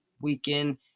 weekend